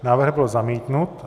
Návrh byl zamítnut.